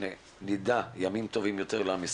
שנדע ימים טובים יותר.